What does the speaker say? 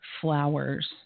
flowers